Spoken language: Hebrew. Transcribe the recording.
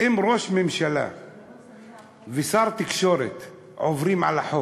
אם ראש ממשלה ושר התקשורת עוברים על החוק,